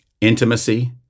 intimacy